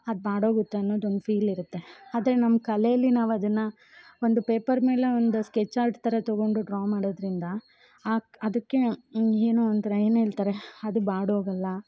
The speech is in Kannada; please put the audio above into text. ಅದು ಬಾಡೋಗುತ್ತೆ ಅನ್ನೋದು ಒಂದು ಫೀಲ್ ಇರುತ್ತೆ ಅದೇ ನಮ್ಮ ಕಲೆಲಿ ನಾವು ಅದನ್ನ ಒಂದು ಪೇಪರ್ ಮೇಲೆ ಒಂದು ಸ್ಕೆಚ್ ಆರ್ಟ್ ಥರ ತೊಗೊಂಡು ಡ್ರಾ ಮಾಡೋದ್ರಿಂದ ಆ ಅದ್ಕೆ ಏನೋ ಒಂಥರ ಏನು ಹೇಳ್ತಾರೆ ಅದು ಬಾಡೋಗಲ್ಲ